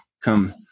come